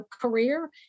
career